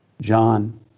John